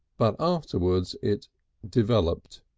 but afterwards it developed.